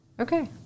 Okay